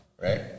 right